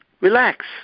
relax